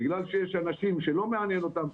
בגלל שיש אנשים שזה לא מעניין אותם.